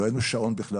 לא היה לנו שעון בכלל.